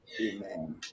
Amen